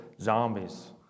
zombies